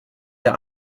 der